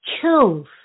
kills